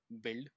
build